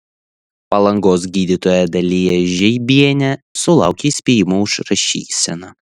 palangos gydytoja dalija žeibienė sulaukė įspėjimo už rašyseną